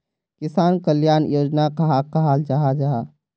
किसान कल्याण योजना कहाक कहाल जाहा जाहा?